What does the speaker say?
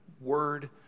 word